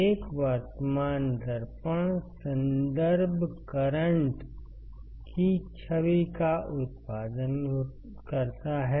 एक वर्तमान दर्पण संदर्भ करंट की छवि का उत्पादन करता है